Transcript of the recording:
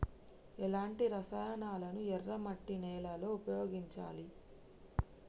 ఎలాంటి రసాయనాలను ఎర్ర మట్టి నేల లో ఉపయోగించాలి?